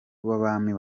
w’abami